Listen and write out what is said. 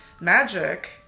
magic